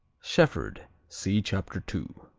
shefford see chapter two.